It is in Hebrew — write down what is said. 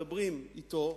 מדברים אתו.